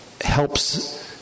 helps